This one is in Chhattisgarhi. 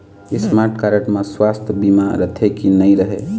स्मार्ट कारड म सुवास्थ बीमा रथे की नई रहे?